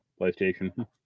PlayStation